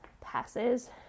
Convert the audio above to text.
passes